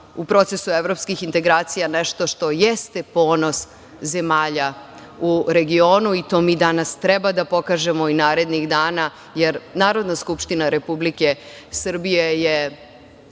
u procesu evropskih integracija nešto što jeste ponos zemalja u regionu i to mi danas treba da pokažemo, i narednih dana, jer Narodna skupština Republike Srbije je